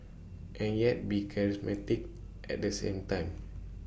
and yet be charismatic at the same time